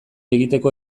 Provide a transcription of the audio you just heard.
egiteko